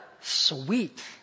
sweet